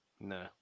No